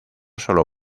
solo